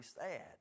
sad